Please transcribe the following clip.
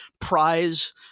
prize